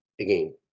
Again